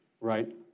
Right